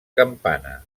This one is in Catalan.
campana